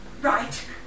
Right